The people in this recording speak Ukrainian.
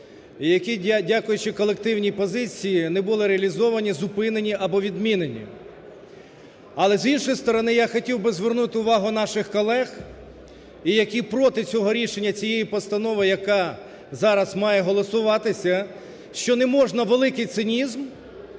які, дякуючи колективній позиції, не були реалізовані, зупинені або відмінені. Але з іншої сторони, я хотів би звернути увагу наших колег, і які проти цього рішення цієї постанови, яка зараз має голосуватися, що не можна великий цинізм